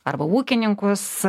arba ūkininkus